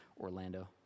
Orlando